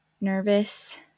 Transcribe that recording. nervous